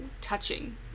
touching